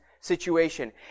situation